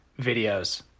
videos